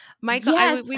Michael